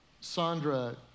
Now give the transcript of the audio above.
Sandra